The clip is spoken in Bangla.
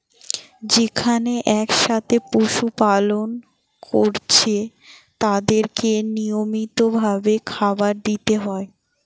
যেখানে একসাথে পশু পালন কোরছে তাদেরকে নিয়মিত ভাবে খাবার দিতে হয়